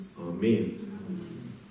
Amen